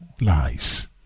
lies